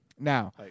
Now